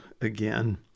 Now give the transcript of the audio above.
again